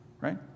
right